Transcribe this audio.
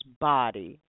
body